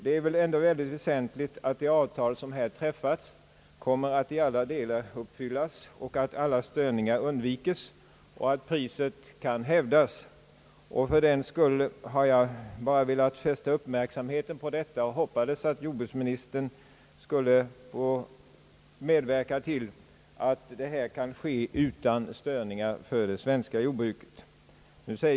Det är synnerligen väsentligt att det prisavtal som har träffats i alla delar kommer att uppfyllas, att alla störningar undviks och att priset kan hävdas. Jag har fördenskull bara velat fästa uppmärksamheten vid denna fråga i förhoppning om att jordbruksministern skulle medverka till att detta kan ske utan störningar för det svenska jordbruket.